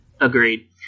Agreed